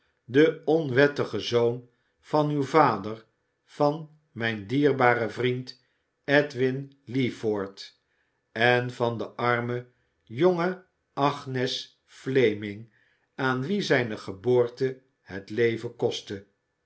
de onwettige zoon van uw vader van mijn dierbaren vriend edwin leeford en van de arme jonge agnes fleming aan wie zijne geboorte het leven kostte